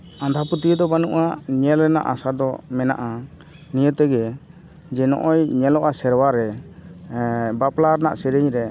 ᱟᱸᱫᱷᱟ ᱯᱟᱹᱛᱭᱟᱹᱣ ᱫᱚ ᱵᱟᱹᱱᱩᱜᱼᱟ ᱧᱮᱞ ᱨᱮᱱᱟᱜ ᱟᱥᱟᱫᱚ ᱢᱮᱱᱟᱜᱼᱟ ᱱᱤᱭᱟᱹᱛᱮᱜᱮ ᱡᱮ ᱱᱚᱜᱼᱚᱭ ᱧᱮᱞᱚᱜᱼᱟ ᱥᱮᱨᱣᱟᱨᱮ ᱵᱟᱯᱞᱟ ᱨᱮᱭᱟᱜ ᱥᱮᱨᱮᱧᱨᱮ